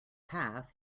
path